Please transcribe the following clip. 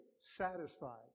satisfied